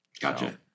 Gotcha